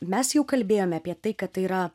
mes jau kalbėjome apie tai kad tai yra